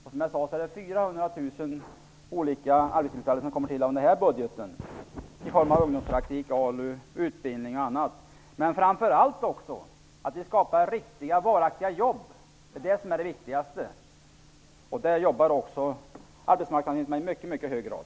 Som jag sade tillkommer det 400 000 olika arbetstillfällen i den här budgeten, i form av ungdomspraktik, ALU, utbildning och annat. Framför allt skapar vi riktiga, varaktiga jobb. Det är det viktigaste. Detta jobbar arbetsmarknadsministern med i mycket hög grad.